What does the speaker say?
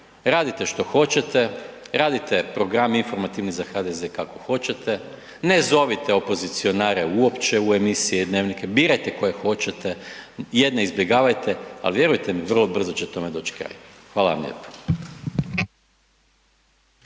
Radite što hoćete, radite program informativni za HDZ kako hoćete, ne zovite opozicionare uopće u emisije i dnevnike, birajte koje hoćete, jedne izbjegavajte, al vjerujte mi vrlo brzo će tome doći kraj. Hvala vam lijepo.